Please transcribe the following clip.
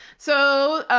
so,